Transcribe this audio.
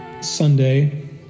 Sunday